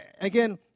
again